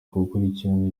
gukurikirana